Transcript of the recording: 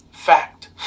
Fact